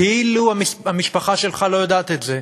כאילו המשפחה שלך לא יודעת את זה.